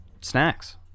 snacks